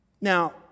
Now